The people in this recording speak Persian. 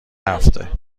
هفته